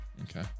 okay